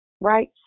right